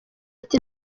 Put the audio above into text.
ati